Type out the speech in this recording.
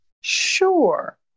Sure